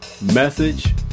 message